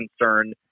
concerned